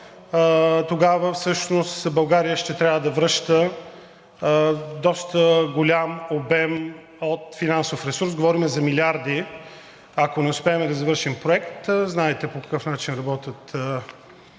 Тогава всъщност България ще трябва да връща доста голям обем от финансов ресурс – говорим за милиарди, ако не успеем да завършим проекта, знаете по какъв начин работят